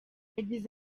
yagize